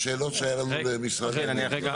השאלות שהיה לנו למשרד האנרגיה.